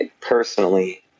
personally